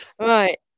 right